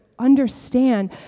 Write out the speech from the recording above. understand